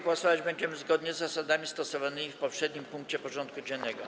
Głosować będziemy zgodnie z zasadami stosowanymi w poprzednim punkcie porządku dziennego.